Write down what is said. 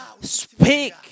Speak